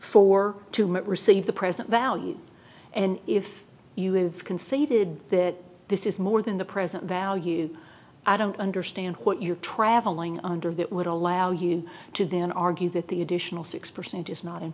for to receive the present value and if you have conceded that this is more than the present value i don't understand what you are traveling under that would allow you to then argue that the additional six percent is not in